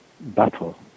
battle